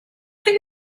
think